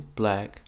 black